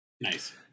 Nice